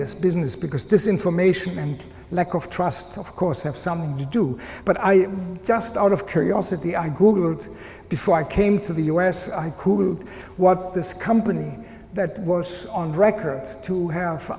this business because this information and lack of trust of course have something to do but i just out of curiosity i googled before i came to the us i cood what this company that was on record to have